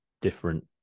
different